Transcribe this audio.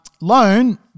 loan